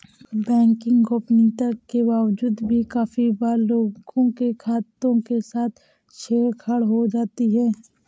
banking गोपनीयता के बावजूद भी काफी बार लोगों के खातों के साथ छेड़ छाड़ हो जाती है